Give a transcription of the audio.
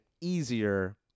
easier